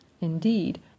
indeed